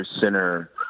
Center